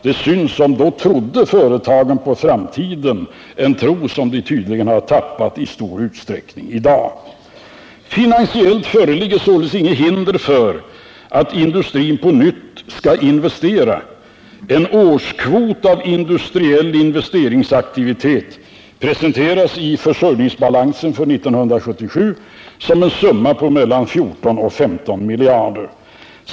Det synes som om företagen då hade en tro på framtiden, en tro som de tydligen i stor utsträckning har tappat i dag. Finansiellt föreligger således inget hinder för att industrin på nytt skall investera. En årskvot av industriell investeringsaktivitet presenteras i försörjningsbalansen för 1977 som en summa på mellan 14 och 15 miljarder.